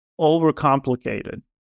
overcomplicated